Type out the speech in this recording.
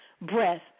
breath